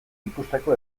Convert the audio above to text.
ikusteko